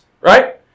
right